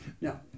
No